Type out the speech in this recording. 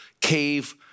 cave